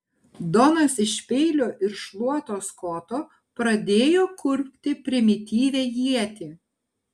donas iš peilio ir šluotos koto pradėjo kurpti primityvią ietį